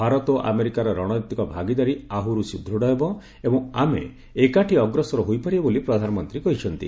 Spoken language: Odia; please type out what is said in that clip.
ଭାରତ ଓ ଆମେରିକାର ରଣନୀତିକ ଭାଗିଦାରୀ ଆହୁରି ସୁଦୂତ୍ ହେବ ଏବଂ ଆମେ ଏକାଠି ଅଗ୍ରସର ହୋଇପାରିବା ବୋଲି ପ୍ରଧାନମନ୍ତ୍ରୀ କହିଛନ୍ତି